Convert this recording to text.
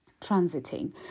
transiting